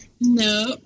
No